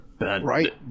right